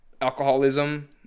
alcoholism